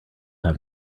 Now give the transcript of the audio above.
have